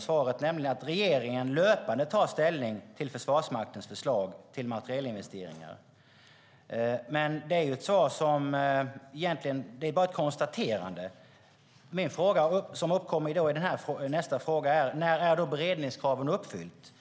Svaret att regeringen löpande tar ställning till Försvarsmaktens förslag till materielinvesteringar är egentligen bara ett konstaterande. Nästa fråga är: När är beredningskravet uppfyllt?